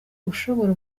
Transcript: ushobora